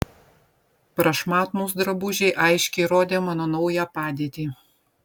prašmatnūs drabužiai aiškiai rodė mano naują padėtį